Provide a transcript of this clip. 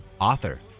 author